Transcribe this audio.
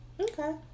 Okay